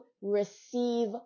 receive